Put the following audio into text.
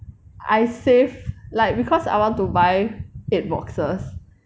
I save like because I want to buy eight boxes